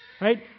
Right